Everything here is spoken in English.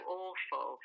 awful